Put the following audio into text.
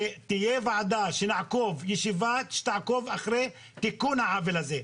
שתהיה ישיבת ועדה שתעקוב אחרי תיקון העוול הזה,